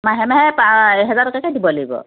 মাহে মাহে পা এহেজাৰ টকাকৈ দিব লাগিব